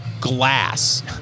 glass